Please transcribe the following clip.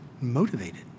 motivated